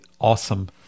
awesome